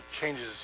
changes